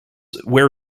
wear